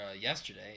yesterday